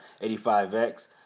85X